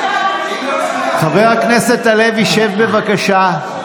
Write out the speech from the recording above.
חבר הכנסת הלוי, שב, בבקשה.